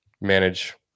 manage